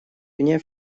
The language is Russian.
гнев